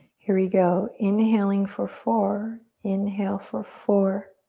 here we go, inhaling for four. inhale for four,